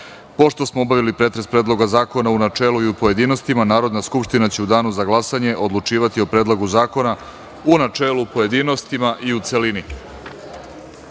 smo obavili pretres predloga zakona u načelu i u pojedinostima, Narodna skupština će u danu za glasanje odlučivati o predlogu zakona u načelu, pojedinostima i u celini. Hvala